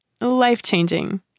life-changing